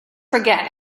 forget